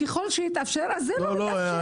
"ככל שיתאפשר", אז זה לא יתאפשר.